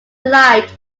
light